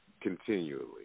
continually